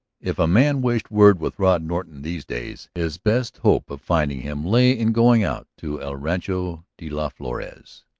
if a man wished word with rod norton these days his best hope of finding him lay in going out to el rancho de las flores.